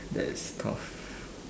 that is tough